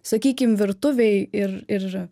sakykim virtuvėj ir ir